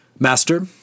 Master